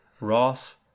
Ross